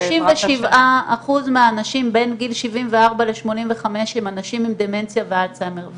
37 אחוזים מהאנשים בין גיל 74 ל-85 הם אנשים עם דמנציה ואלצהיימר,